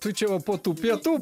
tai čia va po tų pietų